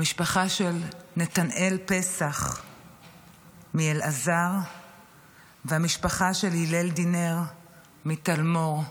המשפחה של נתנאל פסח מאלעזר והמשפחה הלל דינר מטלמון.